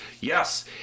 Yes